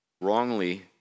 wrongly